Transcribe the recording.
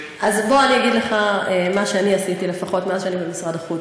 אז בוא אני אגיד לך מה אני שעשיתי לפחות מאז אני במשרד החוץ.